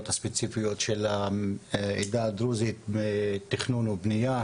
הספציפיות של העדה הדרוזית בתכנון ובנייה,